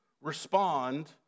respond